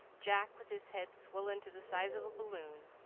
jack with his head swollen to the size of a balloon,